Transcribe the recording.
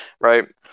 right